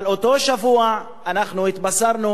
אבל באותו שבוע אנחנו התבשרנו